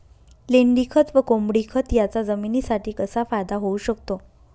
लेंडीखत व कोंबडीखत याचा जमिनीसाठी कसा फायदा होऊ शकतो?